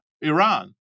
Iran